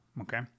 Okay